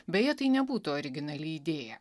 beje tai nebūtų originali idėja